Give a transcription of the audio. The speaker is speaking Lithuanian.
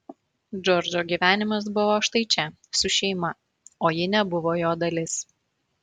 džordžo gyvenimas buvo štai čia su šeima o ji nebuvo jo dalis